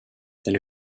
elle